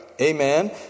amen